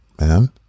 man